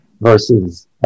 versus